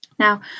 Now